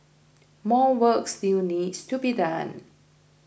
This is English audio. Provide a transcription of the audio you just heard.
more work still needs to be done